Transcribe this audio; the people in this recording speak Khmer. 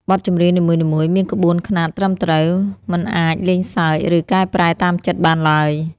បទចម្រៀងនីមួយៗមានក្បួនខ្នាតត្រឹមត្រូវ មិនអាចលេងសើច ឬកែប្រែតាមចិត្តបានឡើយ។